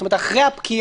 זאת אומרת, אחרי הפקיעה.